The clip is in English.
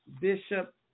Bishop